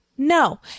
No